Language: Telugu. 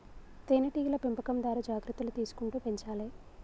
తేనె టీగల పెంపకందారు జాగ్రత్తలు తీసుకుంటూ పెంచాలే